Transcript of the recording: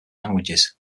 languages